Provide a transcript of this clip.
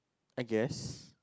I guess